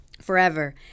forever